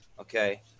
Okay